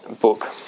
book